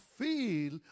feel